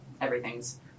everything's